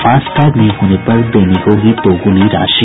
FASTag नहीं होने पर देनी होगी दोगुनी राशि